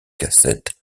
cassettes